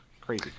crazy